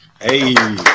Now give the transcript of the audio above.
Hey